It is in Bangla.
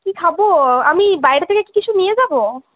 কি খাবো আমি বাইরে থেকে কি কিছু নিয়ে যাবো